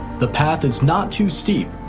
the path is not too steep.